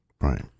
Right